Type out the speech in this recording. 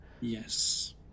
Yes